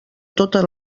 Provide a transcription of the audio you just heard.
totes